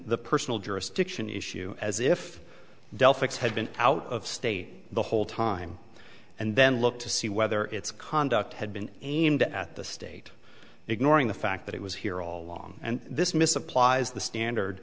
the personal jurisdiction issue as if dell fix had been out of state the whole time and then looked to see whether its conduct had been aimed at the state ignoring the fact that it was here all along and this misapplies the standard